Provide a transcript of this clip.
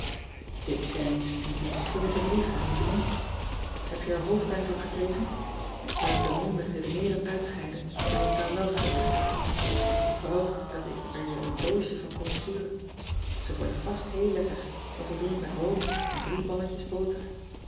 it is weer eens een diepzinnige brief hè lieveling ean ebster adertje angbeen eb je er hoofdpijn van gekregen aat ik dan nu met iedeneeren uitscheiden en wat caramels gaan maken k wou dat ik er jou een doosje van kon sturen e worden vast heel lekker want we doen het met room en drie balletjes boter